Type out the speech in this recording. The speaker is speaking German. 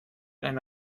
eine